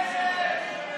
ההסתייגות (9) לחלופין (כא)